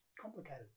complicated